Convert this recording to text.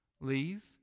Leave